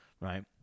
right